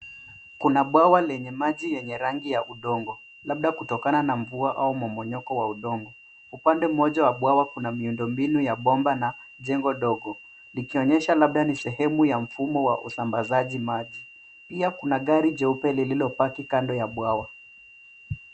Kuna bwawa lenye maji yenye rangi ya udongo, labda kutokana na mvua au mmomonyoko wa udongo. Upande mmoja wa bwawa kuna miundombinu ua bomba na jengo dogo, likionyesha labda ni sehemu ya mfumo wa usambazaji maji. Pia kuna gari jeupe lililopaki kando ya bwawa.